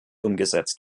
umgesetzt